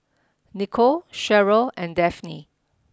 Nikko Sherryl and Daphne